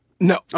No